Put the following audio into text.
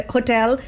Hotel